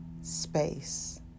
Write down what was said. space